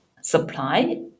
supply